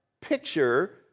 picture